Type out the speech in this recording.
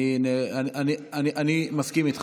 אני מסכים איתך.